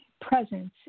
presence